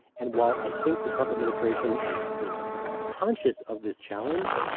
and while i think the trump administration is is conscious of this challenge,